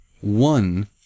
One